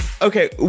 Okay